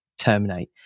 terminate